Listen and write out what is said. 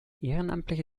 ehrenamtliche